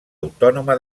autònoma